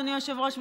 אדוני היושב-ראש,